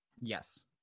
Yes